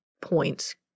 points